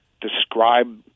describe